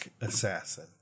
assassin